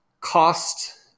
cost